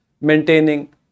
maintaining